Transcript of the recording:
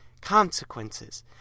consequences